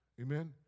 Amen